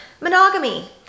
Monogamy